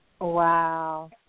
Wow